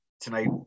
tonight